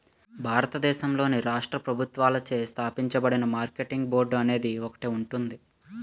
భారతదేశంలోని రాష్ట్ర ప్రభుత్వాలచే స్థాపించబడిన మార్కెటింగ్ బోర్డు అనేది ఒకటి ఉంటుంది